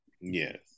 Yes